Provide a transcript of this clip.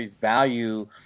value